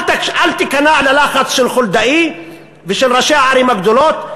אל תיכנע ללחץ של חולדאי ושל ראשי הערים הגדולות.